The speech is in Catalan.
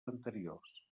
anteriors